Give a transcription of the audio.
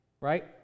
right